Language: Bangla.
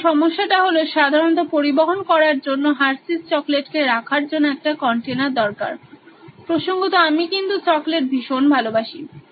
সুতরাং সমস্যাটা হলো সাধারণত পরিবহন করার জন্য হার্শিসHersheys চকলেট কে রাখার জন্য একটা কন্টেনার দরকার প্রসঙ্গতআমি কিন্তু চকলেট ভীষণ ভালোবাসি